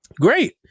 great